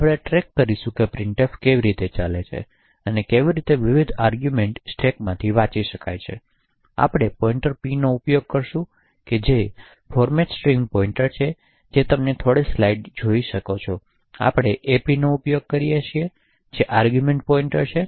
હવે આપણે ટ્રૅક કરશું કે printf કેવી રીતે ચાલે છે અને કેવી રીતે વિવિધ આર્ગૂમેંટ સ્ટેકમાથી વાંચી શકાય છે તેથી આપણે પોઇન્ટર p નો ઉપયોગ કરશું જે અનિવાર્યપણે ફોર્મેટ સ્ટ્રિંગ પોઇન્ટર છે જે તમે થોડા સ્લાઇડ્સ જોઇ અને આપણે apનો ઉપયોગ કરીએ છીએ જે આર્ગૂમેંટ પોઈંટર છે